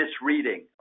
misreading